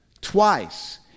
twice